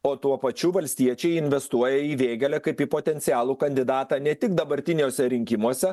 o tuo pačiu valstiečiai investuoja į vėgėlę kaip į potencialų kandidatą ne tik dabartiniuose rinkimuose